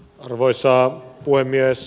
arvoisa puhemies